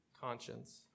conscience